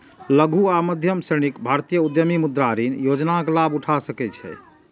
लघु आ मध्यम श्रेणीक भारतीय उद्यमी मुद्रा ऋण योजनाक लाभ उठा सकै छै